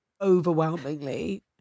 overwhelmingly